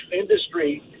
industry